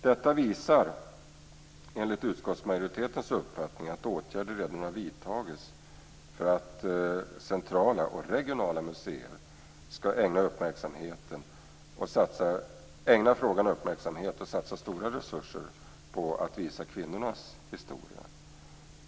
Detta visar, enligt utskottsmajoritetens uppfattning, att åtgärder redan har vidtagits för att centrala och regionala museer skall ägna frågan uppmärksamhet och satsa stora resurser på att visa kvinnornas historia.